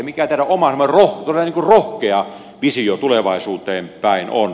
mikä teidän oma rohkea visionne tulevaisuuteen päin on